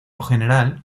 general